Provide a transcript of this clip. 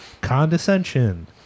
condescension